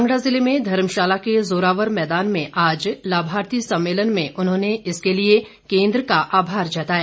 कांगड़ा जिले में धर्मशाला के जोरावर मैदान में आज लाभार्थी सम्मेलन में उन्होंने इसके लिए केंद्र का आभार जताया